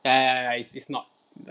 ya ya ya is not ya